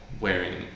wearing